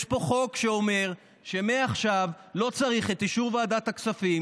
יש פה חוק שאומר שמעכשיו לא צריך את אישור ועדת הכספים